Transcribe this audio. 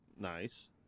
Nice